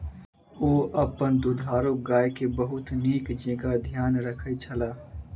ओ अपन दुधारू गाय के बहुत नीक जेँका ध्यान रखै छला